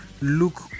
look